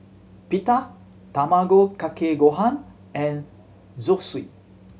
Pita Tamago Kake Gohan and Zosui